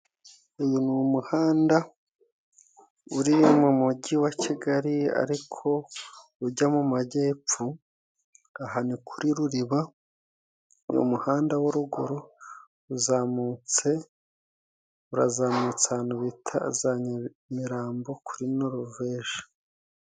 Uyu ni umuhanda uri mu mujyi wa Kigali ariko ujya mu majyepfo aha ni kuri Ruriba, uyu muhanda wo ruguru uzamutse urazamutse ahantu bita za Nyamirambo kuri Noruveje.